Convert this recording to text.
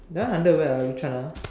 that one under where which one ah